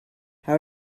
how